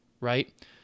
right